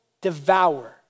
devour